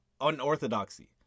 unorthodoxy